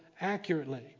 accurately